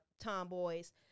tomboys